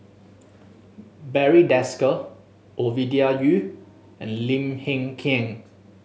Barry Desker Ovidia Yu and Lim Hng Kiang